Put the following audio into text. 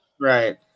Right